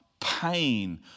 pain